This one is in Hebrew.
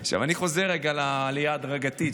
אני חוזר רגע לעלייה ההדרגתית,